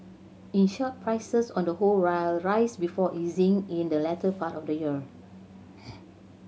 in short prices on the whole will rise before easing in the latter part of the year